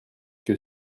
que